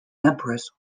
empress